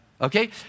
Okay